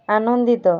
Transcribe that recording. ଆନନ୍ଦିତ